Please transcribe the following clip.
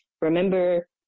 remember